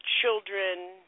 children